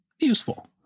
Useful